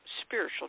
spiritual